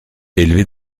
élevée